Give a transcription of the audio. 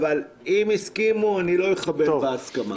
אבל אם הסכימו, אני לא אחבל בהסכמה.